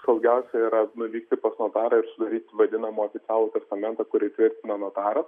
saugiausia yra nuvykti pas notarą ir sudaryti vadinamą oficialų testamentą kurį tvirtina notaras